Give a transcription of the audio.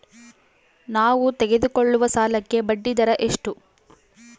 ನಾವು ತೆಗೆದುಕೊಳ್ಳುವ ಸಾಲಕ್ಕೆ ಬಡ್ಡಿದರ ಎಷ್ಟು?